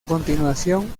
continuación